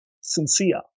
sincere